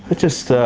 but just